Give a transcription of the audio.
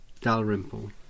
Dalrymple